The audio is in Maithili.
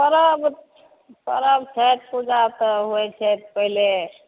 पर्ब पर्ब छठि पूजा तऽ होइ छै पहिले